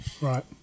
right